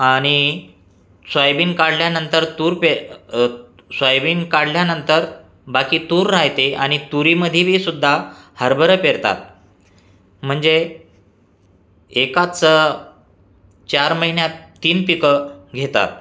आणि सोयाबीन काढल्यानंतर तूर पेर सोयाबीन काढल्यानंतर बाकी तूर राहते आणि तुरीमध्ये बी सुद्धा हरभरा पेरतात म्हणजे एकाच चार महिन्यात तीन पीकं घेतात